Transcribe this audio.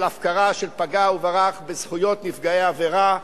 הפקרה של פגע וברח בזכויות נפגעי עבירה.